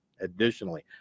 additionally